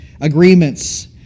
agreements